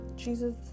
Jesus